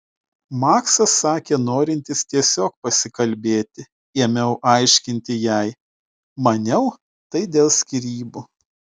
maksas sakė norintis tiesiog pasikalbėti ėmiau aiškinti jai maniau tai dėl skyrybų